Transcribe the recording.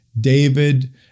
David